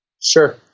Sure